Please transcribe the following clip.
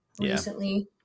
recently